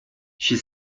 she